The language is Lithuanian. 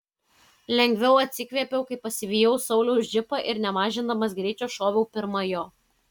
lengviau atsikvėpiau kai pasivijau sauliaus džipą ir nemažindamas greičio šoviau pirma jo